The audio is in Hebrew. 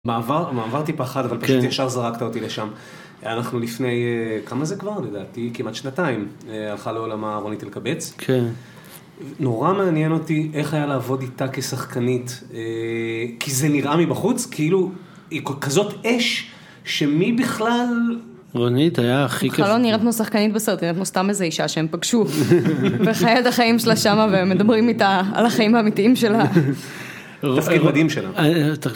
מעבר, מעבר טיפה חד, אבל פשוט ישר זרקת אותי לשם. אנחנו לפני, כמה זה כבר, לדעתי, כמעט שנתיים. הלכה לעולמה רונית אלקבץ. כן. נורא מעניין אותי, איך היה לעבוד איתה כשחקנית. כי זה נראה מבחוץ, כאילו, היא כזאת אש, שמי בכלל... רונית היה הכי כיף... בכלל לא נראית לנו שחקנית בסרט, נראית לנו סתם איזה אישה שהם פגשו. וחיה את החיים שלה שמה, ומדברים איתה על החיים האמיתיים שלה. תפקיד מדהים שלה.